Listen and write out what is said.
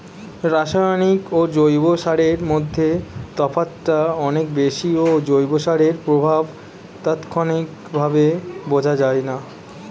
রাসায়নিক ও জৈব সারের মধ্যে তফাৎটা অনেক বেশি ও জৈব সারের প্রভাব তাৎক্ষণিকভাবে বোঝা যায়না